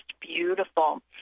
beautiful